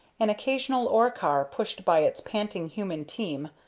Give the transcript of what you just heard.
an occasional ore-car, pushed by its panting human team,